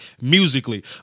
musically